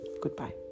goodbye